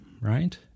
right